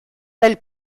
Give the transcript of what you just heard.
del